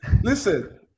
listen